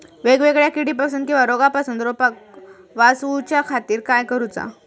वेगवेगल्या किडीपासून किवा रोगापासून रोपाक वाचउच्या खातीर काय करूचा?